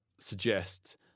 suggests